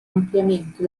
ampliamento